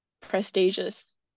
prestigious